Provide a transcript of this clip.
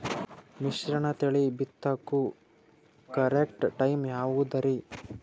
ಮಿಶ್ರತಳಿ ಬಿತ್ತಕು correct time ಯಾವುದರಿ?